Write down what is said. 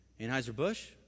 Anheuser-Busch